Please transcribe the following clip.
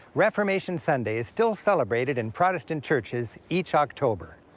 reformation sunday is still celebrated in protestant churches each october.